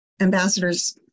ambassadors